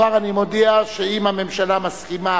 כבר אני מודיע שאם הממשלה מסכימה,